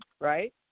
right